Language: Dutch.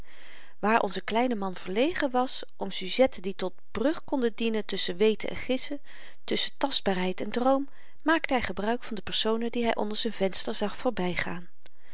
waar onze kleine man verlegen was om sujetten die tot brug konden dienen tusschen weten en gissen tusschen tastbaarheid en droom maakte hy gebruik van de personen die hy onder z'n venster zag voorbygaan